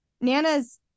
Nana's